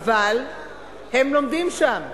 אבל הם לומדים שם.